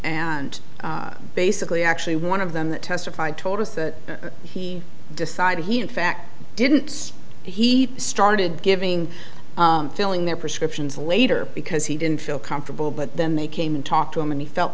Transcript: and basically actually one of them testified told us that he decided he in fact didn't he started giving filling their prescriptions later because he didn't feel comfortable but then they came and talked to him and he felt